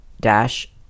dash